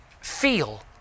feel